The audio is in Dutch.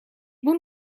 moet